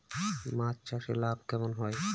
মাছ চাষে লাভ কেমন হয়?